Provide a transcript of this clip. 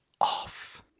off